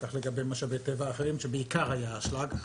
כך לגבי משאבי טבע אחרים שהיו בעיקר אשלג,